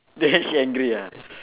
then she angry ah